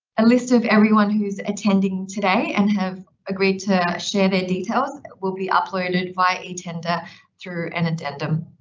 a list of everyone who's attending today and have agreed to share their details will be uploaded via etender, through an addendum.